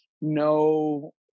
no